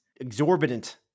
exorbitant